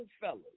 fellas